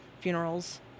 funerals